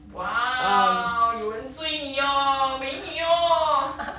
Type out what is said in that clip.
!wow! 有人追你 orh 美女 orh